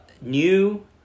new